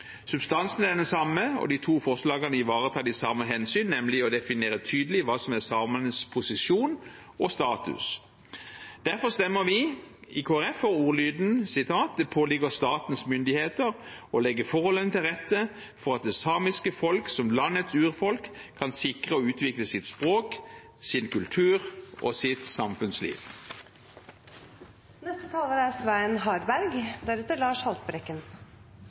Substansen er den samme, og de to forslagene ivaretar de samme hensyn, nemlig å definere tydelig hva som er samenes posisjon og status. Derfor stemmer vi i Kristelig Folkeparti for ordlyden: «Det påligger statens myndigheter å legge forholdene til rette for at det samiske folk, som landets urfolk, kan sikre og utvikle sitt språk, sin kultur og sitt